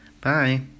bye